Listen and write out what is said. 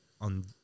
on